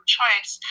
choice